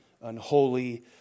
unholy